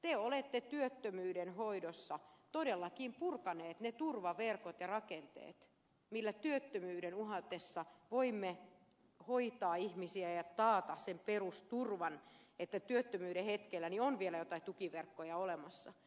te olette työttömyyden hoidossa todellakin purkaneet ne turvaverkot ja rakenteet millä työttömyyden uhatessa voimme hoitaa ihmisiä ja taata sen perusturvan että työttömyyden hetkellä on vielä joitain tukiverkkoja olemassa